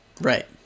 Right